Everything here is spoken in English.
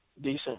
decent